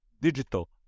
digital